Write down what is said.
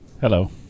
Hello